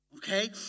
Okay